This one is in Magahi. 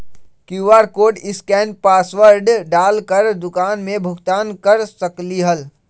कियु.आर कोड स्केन पासवर्ड डाल कर दुकान में भुगतान कर सकलीहल?